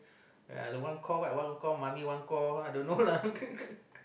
ya the one call what one call mommy one call I don't know lah